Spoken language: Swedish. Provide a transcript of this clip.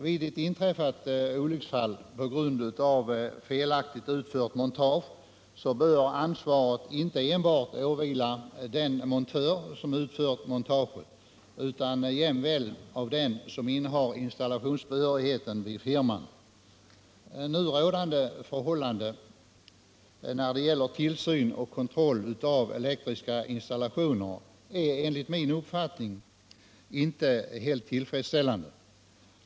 Vid ett olycksfall som inträffat på grund av felaktigt utfört montage bör ansvaret inte enbart åvila den montör som utfört montaget utan jämväl den i firman som innehar installationsbehörigheten. Nu rådande förhållanden när det gäller tillsyn och kontroll av elektriska installationer är enligt min uppfattning inte helt tillfredsställande.